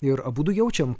ir abudu jaučiam